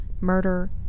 murder